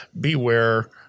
Beware